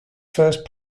first